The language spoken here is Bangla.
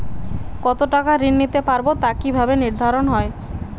কতো টাকা ঋণ নিতে পারবো তা কি ভাবে নির্ধারণ হয়?